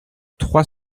trois